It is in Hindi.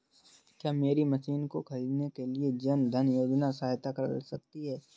क्या मेरी मशीन को ख़रीदने के लिए जन धन योजना सहायता कर सकती है?